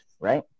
right